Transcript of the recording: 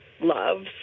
love